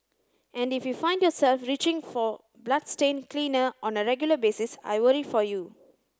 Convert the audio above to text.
and if you find yourself reaching for bloodstain cleaner on a regular basis I worry for you